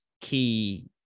key